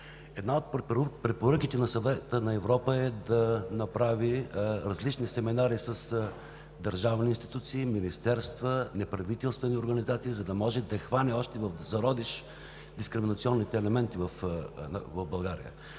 Една от препоръките на Съвета на Европа е да направи различни семинари с държавни институции, министерства, неправителствени организации, за да може да хване още в зародиш дискриминационните елементи в България.